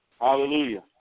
Hallelujah